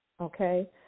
okay